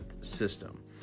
system